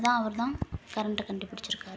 அதுதான் அவர்தான் கரண்ட்டை கண்டுபிடிச்சிருக்காரு